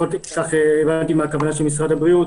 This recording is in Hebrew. לפחות כך הבנתי מן הכוונה של משרד הבריאות